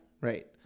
right